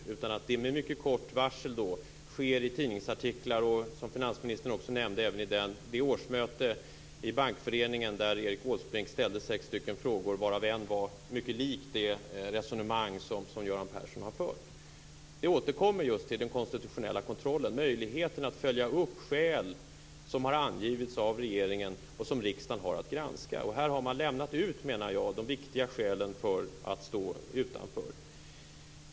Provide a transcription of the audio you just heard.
Det har skett med mycket kort varsel i tidningsartiklar och, som finansministern också nämnde, även vid det årsmöte i Bankföreningen där Erik Åsbrink ställde sex frågor varav en var mycket lik det resonemang som Göran Persson har fört. Jag återkommer till den konstitutionella kontrollen och möjligheten att följa upp skäl som har angivits av regeringen och som riksdagen har att granska. Här menar jag att man har lämnat ut de viktiga skälen för att stå utanför.